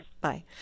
Bye